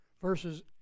verses